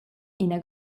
ina